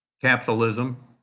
capitalism